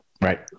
Right